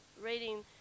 reading